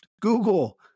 Google